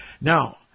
Now